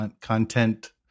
content